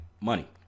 money